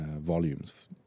volumes